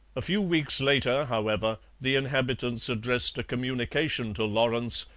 a few weeks later, however, the inhabitants addressed a communication to lawrence,